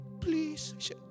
please